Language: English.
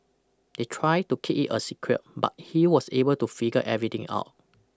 they tried to keep it a secret but he was able to figure everything out